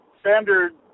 standard